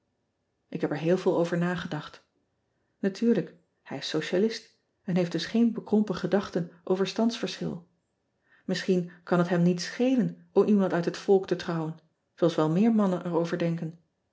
k heb er heel veel over nagedacht atuurlijk hij is socialist en heeft dus geen bekrompen gedachten over standsverschil isschien kan het hem niets schelen om iemand uit het volk te trouwen zooals wel meer mannen er over denken